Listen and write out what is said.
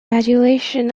adulation